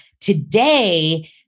Today